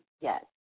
Yes